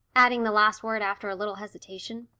adding the last word after a little hesitation.